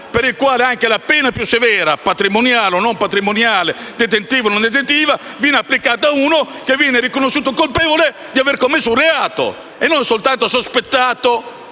per il quale anche la pena più severa (patrimoniale o meno, detentiva o meno) viene applicata a una persona riconosciuta colpevole di aver commesso un reato e non soltanto sospettato,